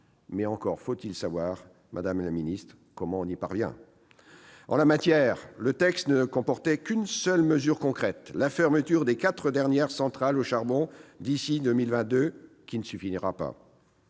mais encore faut-il savoir comment on y parvient. En la matière, le texte ne comportait qu'une seule mesure concrète- la fermeture des quatre dernières centrales à charbon d'ici à 2022 -, qui n'y suffira pas.